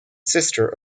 sister